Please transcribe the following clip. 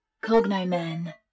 Cognomen